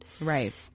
Right